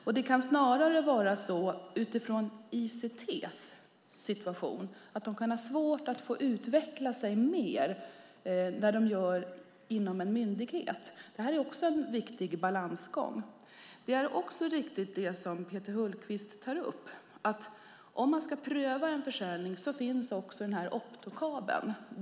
Från ICT:s synpunkt kan det snarare vara så att man har svårt att utveckla sig mer när man gör det inom en myndighet. Detta är också en viktig balansgång. Det är riktigt, som Peter Hultqvist tar upp, att om man ska pröva en försäljning måste man också se till optokabeln.